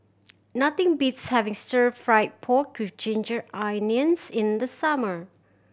nothing beats having Stir Fried Pork With Ginger Onions in the summer